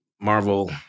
Marvel